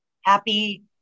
happy